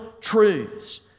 truths